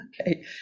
okay